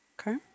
Okay